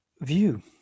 view